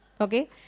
Okay